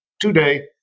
today